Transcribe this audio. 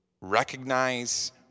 Recognize